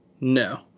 No